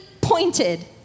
pointed